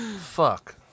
Fuck